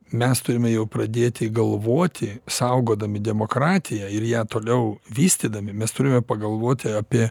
mes turime jau pradėti galvoti saugodami demokratiją ir ją toliau vystydami mes turime pagalvoti apie